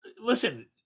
listen